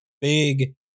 big